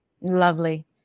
Lovely